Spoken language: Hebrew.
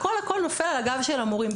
הכול נופל על הגב של המורים.